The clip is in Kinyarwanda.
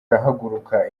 arahaguruka